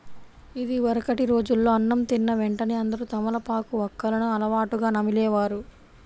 ఇదివరకటి రోజుల్లో అన్నం తిన్న వెంటనే అందరూ తమలపాకు, వక్కలను అలవాటుగా నమిలే వారు